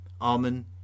Amen